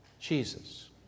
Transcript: Jesus